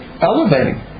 elevating